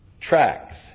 tracks